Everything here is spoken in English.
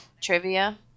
trivia